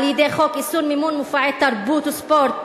על-ידי חוק איסור מימון מופעי תרבות וספורט